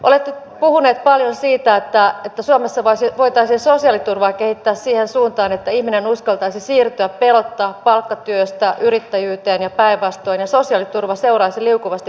olette puhuneet paljon siitä että suomessa voitaisiin sosiaaliturvaa kehittää siihen suuntaan että ihminen uskaltaisi siirtyä pelotta palkkatyöstä yrittäjyyteen ja päinvastoin ja sosiaaliturva seuraisi liukuvasti perässä